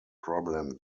problem